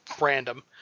random